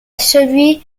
celui